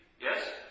yes